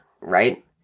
right